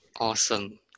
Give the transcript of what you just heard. awesome